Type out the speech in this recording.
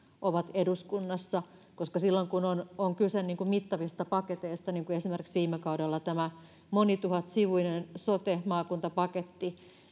ovat eduskunnassa silloin kun on kyse mittavista paketeista niin kuin esimerkiksi viime kaudella oli tämä monituhatsivuinen sote maakuntapaketti